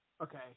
Okay